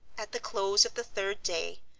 at the close of the third day,